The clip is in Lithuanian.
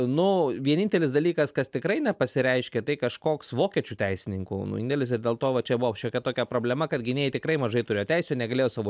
nu vienintelis dalykas kas tikrai nepasireiškė tai kažkoks vokiečių teisininkų nu indėlis ir dėl to va čia buvo šiokia tokia problema kad gynėjai tikrai mažai turėjo teisių negalėjo savo